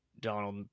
Donald